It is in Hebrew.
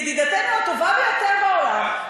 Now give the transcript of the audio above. ידידתנו הטובה ביותר בעולם,